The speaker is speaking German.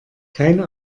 keine